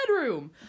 bedroom